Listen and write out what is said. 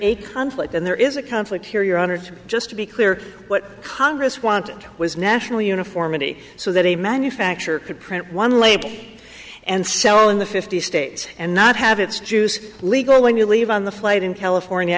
a conflict and there is a conflict here your honor to just be clear what congress wanted was national uniformity so that a manufacturer could print one label and sell in the fifty states and not have its juice legal when you leave on the flight in california